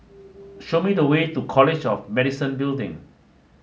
show me the way to College of Medicine Building